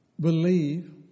believe